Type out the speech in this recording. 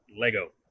Lego